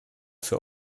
für